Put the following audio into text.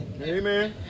Amen